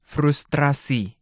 Frustrasi